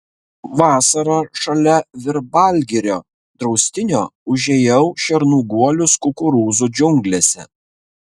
vasarą šalia virbalgirio draustinio užėjau šernų guolius kukurūzų džiunglėse